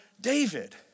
David